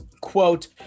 quote